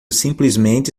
simplesmente